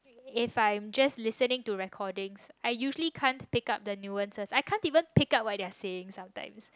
if I just listening to recordings I usually can't pick up the news I can't even pick up what they are saying sometimes